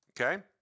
okay